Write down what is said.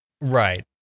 Right